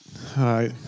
Hi